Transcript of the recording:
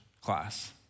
class